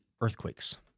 earthquakes